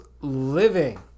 living